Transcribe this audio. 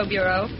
Bureau